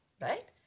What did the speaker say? right